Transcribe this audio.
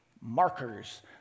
markers